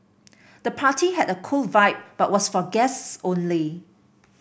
the party had a cool vibe but was for guests only